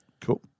Cool